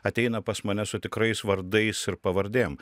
ateina pas mane su tikrais vardais ir pavardėm